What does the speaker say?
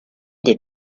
des